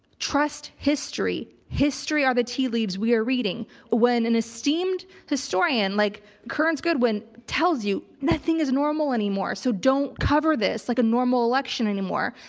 trust history. history are the tea leaves we are reading. when an esteemed historian like kearns goodwin tells you nothing is normal anymore so don't cover this like a normal election anymore,